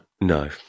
No